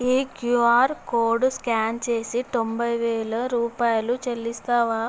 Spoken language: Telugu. ఈ క్యూఆర్ కోడ్ స్కాన్ చేసి తొంభై వేళ్ళ రూపాయలు చెల్లిస్తావా